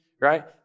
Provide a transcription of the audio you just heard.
right